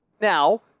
Now